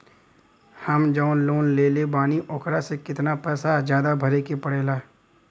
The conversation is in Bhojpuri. हम जवन लोन लेले बानी वोकरा से कितना पैसा ज्यादा भरे के पड़ेला?